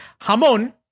Hamon